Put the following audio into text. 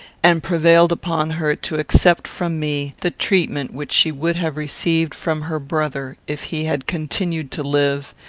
and prevailed upon her to accept from me the treatment which she would have received from her brother if he had continued to live,